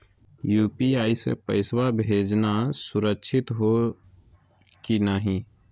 UPI स पैसवा भेजना सुरक्षित हो की नाहीं?